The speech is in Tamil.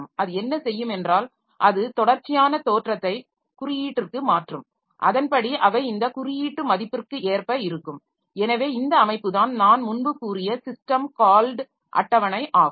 அது என்ன செய்யும் என்றால் அது தொடர்ச்சியான தோற்றத்தை குறியீட்டிற்கு மாற்றும் அதன்படி அவை இந்த குறியீட்டு மதிப்புக்கு ஏற்ப இருக்கும் எனவே இந்த அமைப்புதான் நான் முன்பு கூறிய ஸிஸ்டம் கால்ட் அட்டவணை ஆகும்